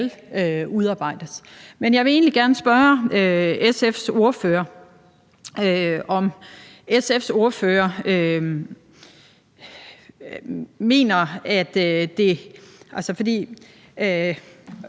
udarbejdes. Men jeg vil egentlig gerne spørge SF's ordfører om noget. SF's ordfører nævnte det også i